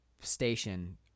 Station